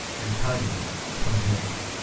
and keidl twenty eight.